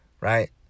right